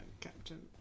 Captain